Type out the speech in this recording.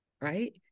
right